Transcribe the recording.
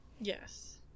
Yes